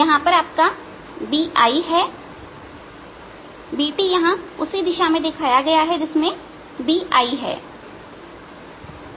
यहां आपकाBI हैBT यहां उसी दिशा में दिखाया गया है जिसमें BIहै